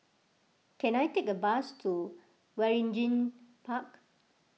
can I take a bus to Waringin Park